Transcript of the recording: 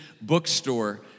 bookstore